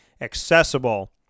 accessible